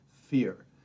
fear